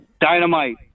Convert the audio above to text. dynamite